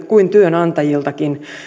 kuin työnantajiltakin